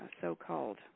so-called